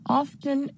often